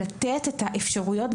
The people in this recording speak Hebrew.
לתת את האפשרויות,